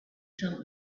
felt